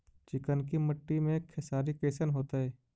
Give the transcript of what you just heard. चिकनकी मट्टी मे खेसारी कैसन होतै?